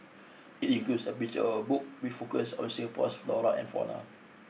it includes a picture of a book we focuses on Singapore's flora and fauna